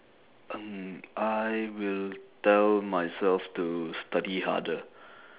um I will tell myself to study harder